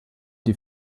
die